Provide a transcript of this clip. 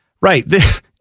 right